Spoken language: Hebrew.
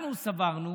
אנחנו סברנו